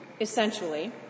Essentially